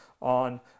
on